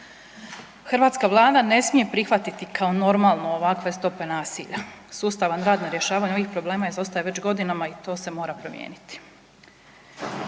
Hrvatska vlada ne smije prihvatiti kao normalno ovakve stope nasilja. Sustavan rad na rješavanju ovih problema izostaje već godinama i to se mora promijeniti.